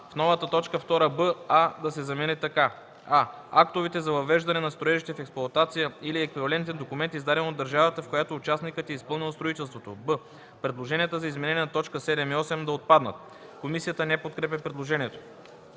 в новата т. 2 буква „а” да се измени така: „а) актовете за въвеждане на строежите в експлоатация или еквивалентен документ, издаден от държавата, в която участникът е изпълнил строителството;” б) предложенията за изменение на т. 7 и 8 да отпаднат. Комисията не подкрепя предложението.